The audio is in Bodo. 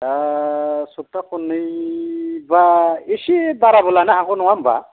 दा सफथा खननैबा एसे बाराबो लानो हागौ नङा होनबा